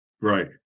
Right